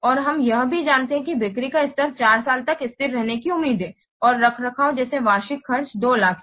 और हम यह भी जानते हैं कि बिक्री का स्तर 4 साल तक स्थिर रहने की उम्मीद है और रखरखाव जैसे वार्षिक खर्च 200000 हैं